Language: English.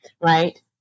right